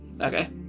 Okay